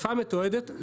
התקיפה מתועדת,